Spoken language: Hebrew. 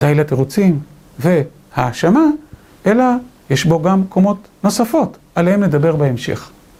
כאלה תירוצים והאשמה, אלא יש בו גם קומות נוספות, עליהן נדבר בהמשך.